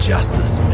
Justice